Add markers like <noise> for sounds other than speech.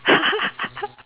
<laughs>